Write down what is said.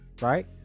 Right